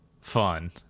fun